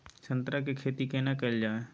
संतरा के खेती केना कैल जाय?